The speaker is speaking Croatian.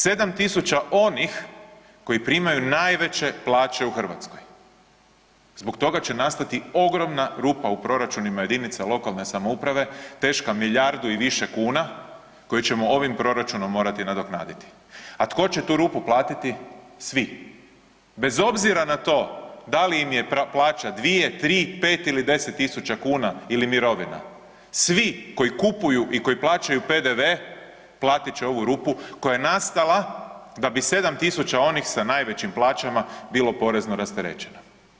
7.000 onih koji primaju najveće plaće u Hrvatskoj, zbog toga će nastati ogromna rupa u proračunima jedinica lokalne samouprave teška milijardu i više kuna koje ćemo ovim proračunom morati nadoknaditi, a tko će tu rupu platiti, svi, bez obzira na to da li im je plaća 2, 3, 5 ili 10.000 kuna ili mirovina, svi koji kupuju i koji plaćaju PDV platit će ovu rupu koja je nastala da bi 7.000 onih sa najvećih plaćama bilo porezno rasterećeno.